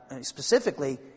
specifically